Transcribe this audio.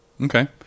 Okay